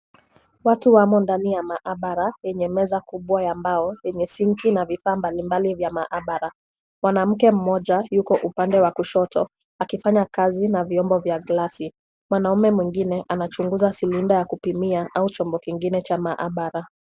Watu wamo ndani ya maabara yenye meza kubwa ya mbao yenye sinki na vifaa mbalimba vya maabara. Mwanamke mmoja yuko upande wa kushoto akifanya kazi na vyombo vya glasi. Mwanamme mwingine anachunguzwa silinda ya kupima au chombo kingine cha maabara.